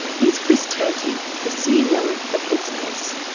here's chris tanti the ceo of headspace.